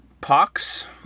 Pox